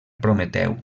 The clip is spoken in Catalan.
prometeu